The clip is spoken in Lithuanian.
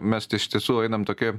mes tai iš tiesų einam toki